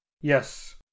Yes